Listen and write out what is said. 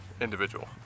Individual